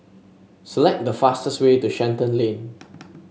select the fastest way to Shenton Lane